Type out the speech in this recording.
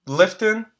lifting